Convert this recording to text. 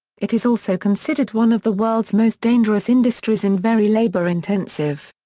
it is also considered one of the world's most dangerous industries and very labour-intensive.